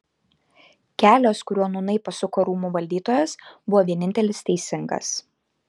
kelias kuriuo nūnai pasuko rūmų valdytojas buvo vienintelis teisingas